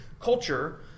culture